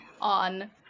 on